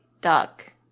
duck